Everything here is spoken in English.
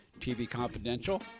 tvconfidential